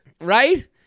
Right